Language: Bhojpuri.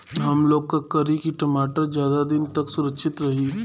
हमलोग का करी की टमाटर ज्यादा दिन तक सुरक्षित रही?